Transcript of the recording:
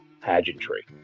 pageantry